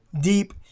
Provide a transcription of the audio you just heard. deep